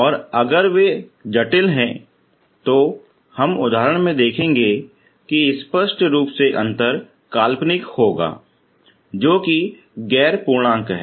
और अगर वे जटिल है तो हम उदाहरण में देखेंगे की स्पष्ट रूप से अंतर काल्पनिक होगा जो की गैर पूर्णांक है